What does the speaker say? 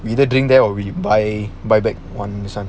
we either drink there or we buy buy back [one]